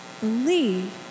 believe